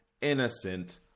innocent